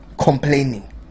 complaining